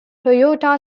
toyota